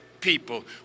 people